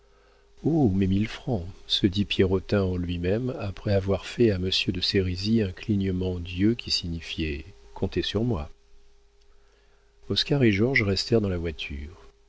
mille francs se dit pierrotin en lui-même après avoir fait à monsieur de sérisy un clignement d'yeux qui signifiait comptez sur moi oscar et georges restèrent dans la voiture